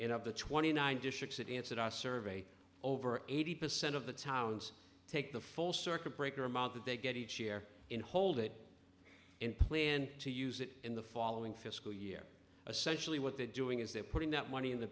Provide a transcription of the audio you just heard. to twenty nine districts that answered our survey over eighty percent of the towns take the full circuit breaker amount that they get each year in hold it and planned to use it in the following fiscal year essential what they're doing is they're putting that money in the